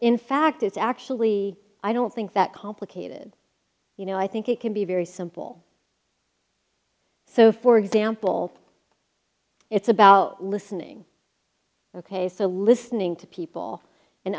in fact it's actually i don't think that complicated you know i think it can be very simple so for example it's about listening ok so listening to people and